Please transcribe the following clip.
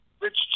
Rich